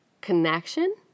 connection